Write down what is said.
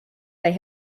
they